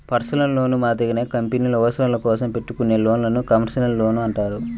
personal లోన్లు మాదిరిగానే కంపెనీల అవసరాల కోసం పెట్టుకునే లోన్లను కమర్షియల్ లోన్లు అంటారు